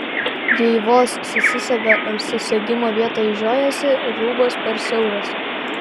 jei vos susisega ar susegimo vietoj žiojasi rūbas per siauras